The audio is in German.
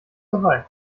dabei